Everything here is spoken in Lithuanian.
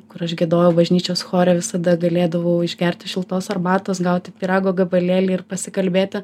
kur aš giedojau bažnyčios chore visada galėdavau išgerti šiltos arbatos gauti pyrago gabalėlį ir pasikalbėti